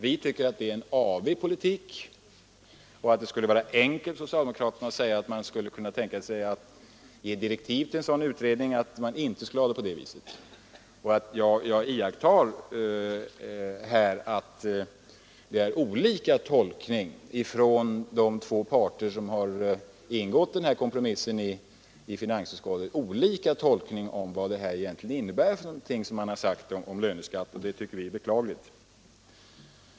Vi tycker att det är en avig politik och att det skulle vara enkelt för socialdemokraterna att ge direktiv till en utredning syftande till en förändring av detta tillvägagångssätt. Jag iakttar här att det föreligger olika tolkningar från de parter som ingått kompromissen i finansutskottet om vad det som sagts beträffande löneskatt innebär, vilket vi tycker är beklagligt.